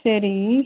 சரி